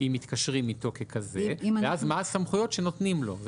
אם מתקשרים איתו ככזה ואז מה הסמכויות שנותנים לו.